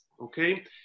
okay